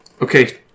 okay